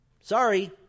Sorry